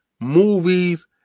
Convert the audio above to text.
movies